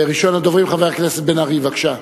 ראשון הדוברים, חבר הכנסת בן-ארי, בבקשה.